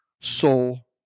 soul